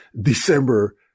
December